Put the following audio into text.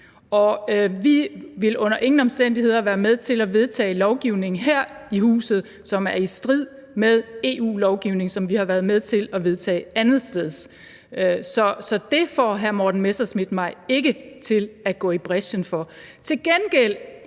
Og vi vil under ingen omstændigheder være med til at vedtage lovgivning her i huset, som er i strid med EU-lovgivning, som vi har været med til at vedtage andetsteds. Så det får hr. Morten Messerschmidt mig ikke til at gå i brechen for. Når hr.